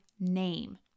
name